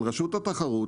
של רשות התחרות,